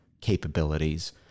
capabilities